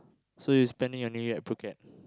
so you spending your New Year at Phuket